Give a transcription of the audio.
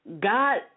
God